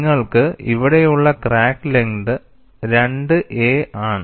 നിങ്ങൾക്ക് ഇവിടെയുള്ള crack length 2a ആണ്